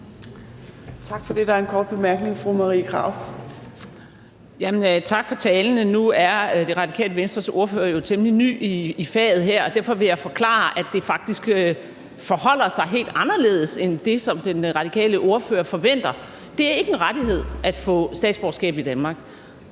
Tak for det. Der er en kort bemærkning. Fru Marie Krarup. Kl. 11:09 Marie Krarup (DF): Tak for talen. Nu er Det Radikale Venstres ordfører jo temmelig ny i faget her, og derfor vil jeg forklare, at det faktisk forholder sig helt anderledes end det, som den radikale ordfører forventer. Det er ikke en rettighed at få statsborgerskab i Danmark.